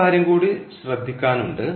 ഒരു കാര്യം കൂടി ശ്രദ്ധിക്കാനുണ്ട്